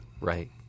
Right